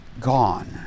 gone